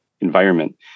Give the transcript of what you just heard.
environment